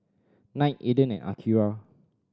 Knight Aden and Akira